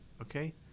Okay